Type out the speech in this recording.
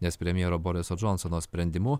nes premjero boriso džonsono sprendimu